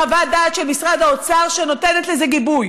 חוות דעת של משרד האוצר שנותנת לזה גיבוי,